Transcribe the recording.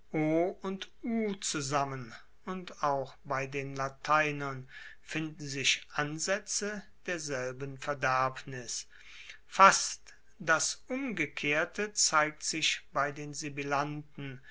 und u zusammen und auch bei den lateinern finden sich ansaetze derselben verderbnis fast das umgekehrte zeigt sich bei den